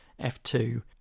F2